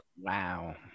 Wow